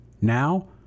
Now